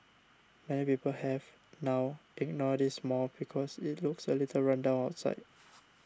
many people have now ignored this mall because it looks a little run down outside